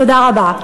תודה רבה.